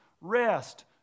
rest